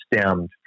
stemmed